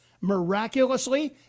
Miraculously